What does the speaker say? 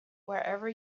wherever